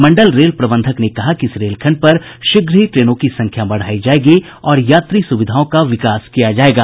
मंडल rail प्रबंधक ने कहा कि इस रेलखंड पर शीघ्र ही ट्रेनों की संख्या बढ़ायी जायेगी और यात्री सुविधाओं का विकास किया जायेगा